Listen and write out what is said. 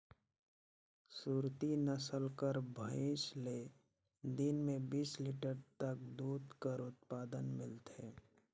सुरती नसल कर भंइस ले दिन में बीस लीटर तक दूद कर उत्पादन मिलथे